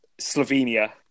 Slovenia